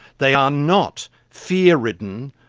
they are not fear-ridden,